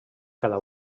cada